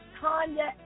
Tanya